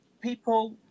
people